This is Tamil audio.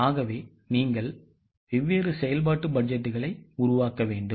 ஆகவே நீங்கள் வெவ்வேறுசெயல்பாடடுபட்ஜெட்களை உருவாக்க வேண்டும்